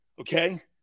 okay